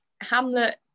Hamlet